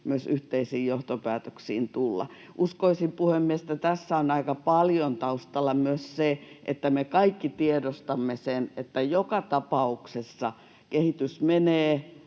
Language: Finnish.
myös yhteisiin johtopäätöksiin tulla. Uskoisin, puhemies, että tässä on aika paljon taustalla myös se, että me kaikki tiedostamme, että joka tapauksessa kehitys menee